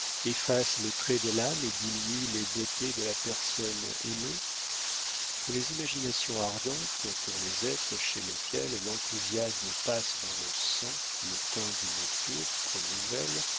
efface les traits de l'âme et diminue les beautés de la personne aimée pour les imaginations ardentes pour les êtres chez lesquels l'enthousiasme passe dans le sang le teint d'une pourpre nouvelle